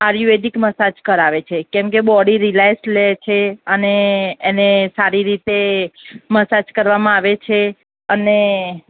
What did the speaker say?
આયુર્વેદિક massage કરાવે છે કેમ કે બોડી રિલેક્સ લે છે અને એને સારી રીતે મસાજ કરવામાં આવે છે અને